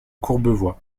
courbevoie